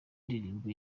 ndirimbo